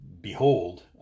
behold